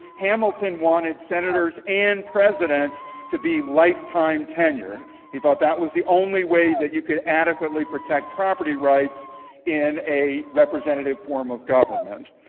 hamilton wanted senators and presidents to be lifetime-tenured. he thought that was the only way that you could adequately protect property rights in a representative form of government.